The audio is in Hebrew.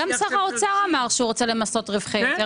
גם שר האוצר אמר שהוא רוצה למסות רווחי יתר,